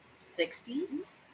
60s